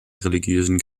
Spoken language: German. religiösen